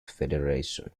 federation